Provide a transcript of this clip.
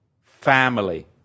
family